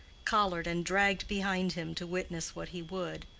collared and dragged behind him to witness what he would,